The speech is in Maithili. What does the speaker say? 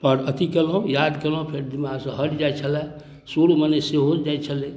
पर अथि कयलहुँ याद कयलहुँ फेर दिमागसँ हटि जाइत छलऽ सुरमे नहि सेहो जाइत छलै